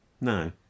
No